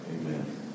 Amen